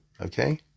Okay